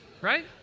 right